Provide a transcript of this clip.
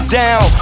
down